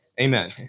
Amen